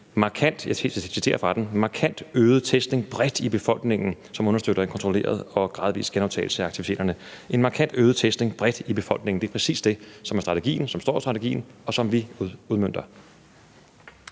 markant øget testning bredt i befolkningen«, som understøtter en kontrolleret og gradvis genoptagelse af aktiviteterne – »en markant øget testning bredt i befolkningen«. Det er præcis det, som der står i strategien, og som vi udmønter.